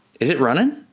is it running?